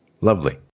lovely